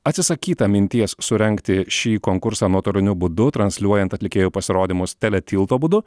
atsisakyta minties surengti šį konkursą nuotoliniu būdu transliuojant atlikėjų pasirodymus teletilto būdu